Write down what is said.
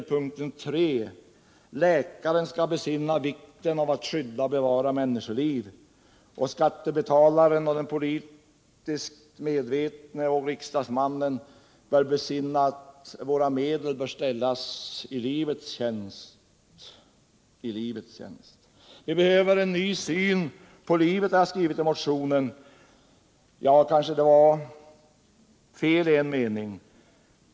I punkten 3 står: ”Läkaren skall besinna vikten av att skydda och bevara människoliv.” Den politiskt medvetne skattebetalaren och riksdagsmannen bör besinna att våra medel skall ställas i livets tjänst. Det behövs en ny syn på livet, har jag skrivit i motionen. Det kanske var fel uttryckt.